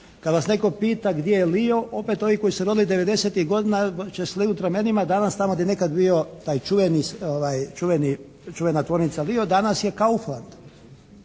Kad vas netko pita gdje je «Lio» opet ovi koji su se rodili devedesetih godina će slegnuti ramenima. Danas tamo gdje je nekad bio taj čuveni, ta čuvena tvornica «Lio» danas je «Kaufland».